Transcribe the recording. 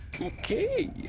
Okay